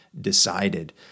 decided